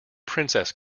princess